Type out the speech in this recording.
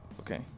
okay